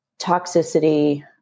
toxicity